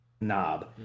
knob